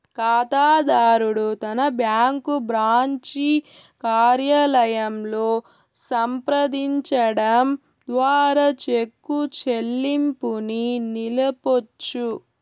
కాతాదారుడు తన bank branch కార్యాలయంలో సంప్రదించడం ద్వారా చెక్కు చెల్లింపుని నిలపొచ్చు